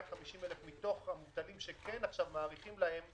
מתוך המובטלים שכן מאריכים להם,